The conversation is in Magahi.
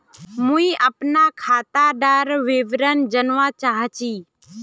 मुई अपना खातादार विवरण जानवा चाहची?